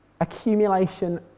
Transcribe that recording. Accumulation